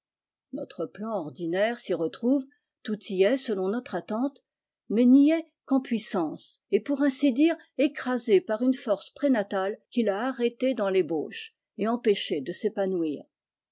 notre plan ordinaire s'y retrouve tout y est selon notre attente mais n'y est qu'en puissance et pour ainsi dire écrasé par une force prénatale qui ta arrêté dans tébauche et empêché de s'épanouir